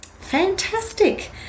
Fantastic